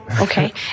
Okay